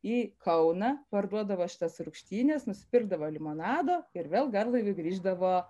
į kauną parduodavo šitas rūgštynes nuspirdavo limonado ir vėl garlaiviu grįždavo